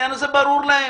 העניין הזה ברור להם.